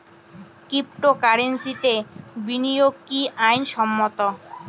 ক্রিপ্টোকারেন্সিতে বিনিয়োগ কি আইন সম্মত?